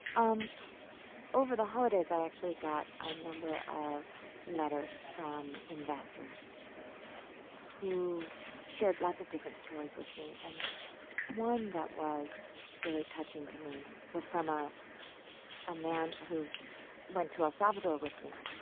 um over the holidays, i actually got a number of letters from investors who shared lots of different stories with me. and one that was really touching to me was from ah a man who went to el salvador with me.